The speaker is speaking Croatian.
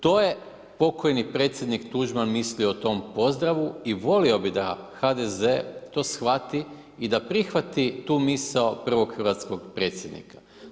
To je pokojni predsjednik Tuđman mislio o tom pozdravu i volio bih da HDZ to shvati i da prihvati tu misao prvog hrvatskog predsjednika.